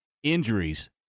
Injuries